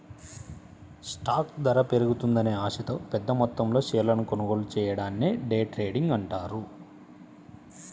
stock ధర పెరుగుతుందనే ఆశతో పెద్దమొత్తంలో షేర్లను కొనుగోలు చెయ్యడాన్ని డే ట్రేడింగ్ అంటారు